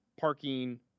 parking